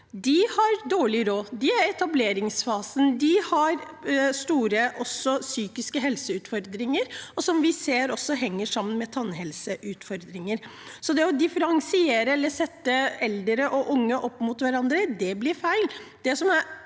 de har dårlig råd, de er i etableringsfasen, og de har også store psykiske helseutfordringer, som vi ser også henger sammen med tannhelseutfordringer. Så det å differensiere, eller sette eldre og unge opp mot hverandre, blir feil.